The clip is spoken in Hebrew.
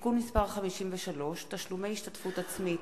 (תיקון מס' 53) (תשלומי השתתפות עצמית),